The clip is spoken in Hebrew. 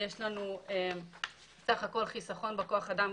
יש לנו בסך הכול חיסכון בכוח אדם,